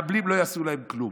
שידעו שלמחבלים לא יעשו כלום.